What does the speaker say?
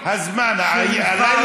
עונה לי, שנייה.